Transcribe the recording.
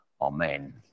Amen